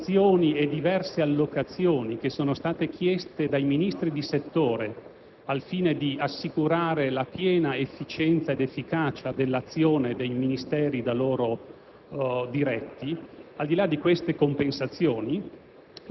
Per quanto attiene alle spese, al di là di alcune compensazioni e diverse allocazioni che sono state chieste dai Ministri di settore, al fine di assicurare la piena efficienza ed efficacia dell'azione dei Ministeri da loro diretti,